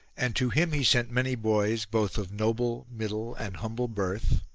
and to him he sent many boys both of noble, middle and humble birth,